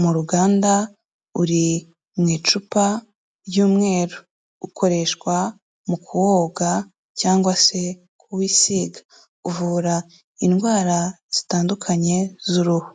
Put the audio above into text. mu ruganda, uri mu icupa ry'umweru ukoreshwa mu kuwoga cyangwa se kuwisiga, uvura indwara zitandukanye z'uruhu.